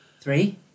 Three